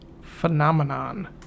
Phenomenon